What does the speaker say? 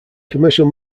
commercial